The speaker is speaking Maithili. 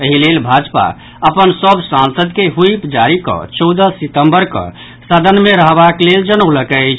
एहि लेल भाजपा अपन सभ सांसद के व्हीप जारी कऽ चौदह सितम्बर कऽ सदन मे रहबाक लेल जनौलक अछि